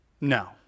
No